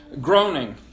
groaning